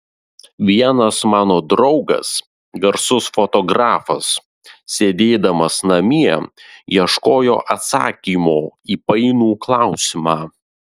vienas mano draugas garsus fotografas sėdėdamas namie ieškojo atsakymo į painų klausimą